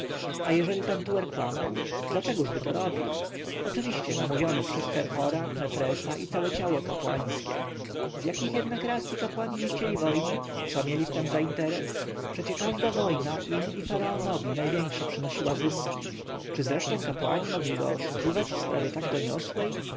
a jeżeli pentuer kłamał dlaczegoby to robił oczywiście namówiony przez herhora mefresa i całe ciało kapłańskie z jakich jednak racyj kapłani nie chcieli wojny co mieli w tem za interes przecie każda wojna im i faraonowi największe przynosiła zyski czy zresztą kapłani mogli go oszukiwać w sprawie tak doniosłej